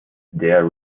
their